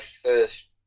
first